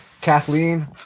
kathleen